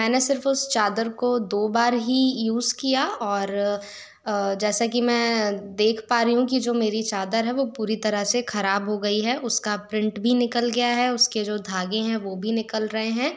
मैंने सिर्फ उस चादर को दो बार ही युज़ किया और जैसा कि मैं देख पा रही हूँ कि जो मेरी चादर है वो पूरी तरह से खराब हो गई है उसका प्रिंट भी निकल गया है उसके जो धागे हैं वो भी निकल रहे हैं